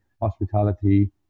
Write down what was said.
hospitality